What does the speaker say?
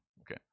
Okay